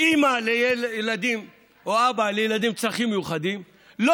אימא לילדים מיוחדים או אבא לילדים עם צרכים מיוחדים לא